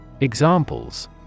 Examples